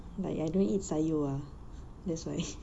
like I don't eat sayur ah that's why